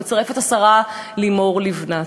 הוא מצרף את השרה לימור לבנת.